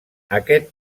aquest